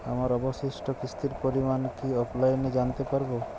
আমার অবশিষ্ট কিস্তির পরিমাণ কি অফলাইনে জানতে পারি?